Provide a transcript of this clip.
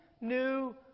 new